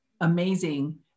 amazing